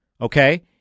okay